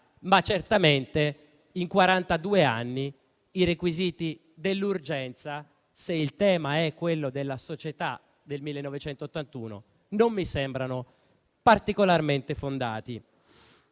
ma certamente, in quarantadue anni, i requisiti dell'urgenza, se il tema è quello della società del 1981, non mi sembrano particolarmente fondati.